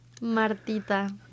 Martita